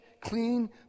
clean